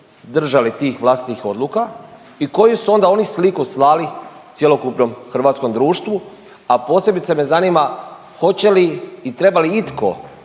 držali tih vlastitih odluka i koju su onda oni sliku slali cjelokupnom hrvatskom društvu, a posebice me zanima hoće li i treba li itko